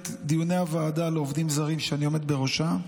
דיוני הוועדה לעובדים זרים שאני עומד בראשה.